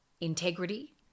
integrity